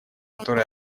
которые